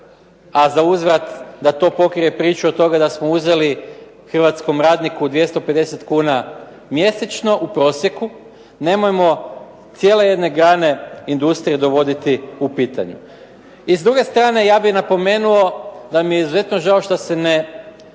a za uzvrat da to pokrije priču od toga da smo uzeli hrvatskom radniku 250 kuna mjesečno u prosjeku. Nemojmo cijele jedne grane industrije dovoditi u pitanje. I s druge strane ja bih napomenuo da mi je izuzetno žao što se ne